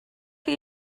chi